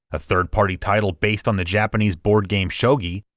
a third-party title based on the japanese board game shogi,